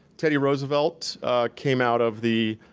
teddy roosevelt came out of the